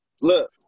Look